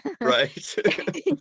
Right